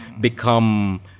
become